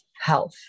health